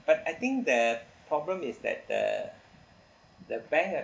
but I think that problem is that the the bank